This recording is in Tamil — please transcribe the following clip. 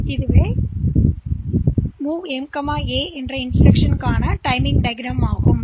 எனவே இது MOV M கமா A க்கான நேர வரைபடமாகும்